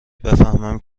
بفهمم